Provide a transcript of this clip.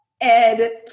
Ed